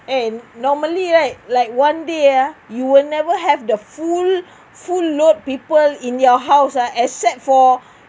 and normally right like one day ah you will never have the full full load people in your house ah except for